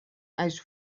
eis